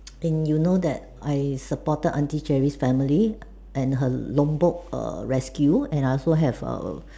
and you know that I supported auntie Jerry's family and her Lombok err rescue and I also have a